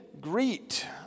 greet